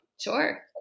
Sure